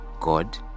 God